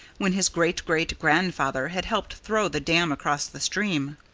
when his great-great-grandfather had helped throw the dam across the stream.